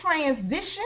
transition